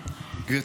נוכח.